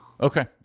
Okay